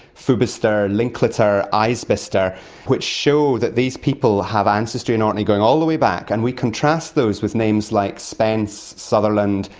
foubister, linklater, isbister which show that these people have ancestry in orkney going all the way back, and we contrast those with names like spence, sutherland,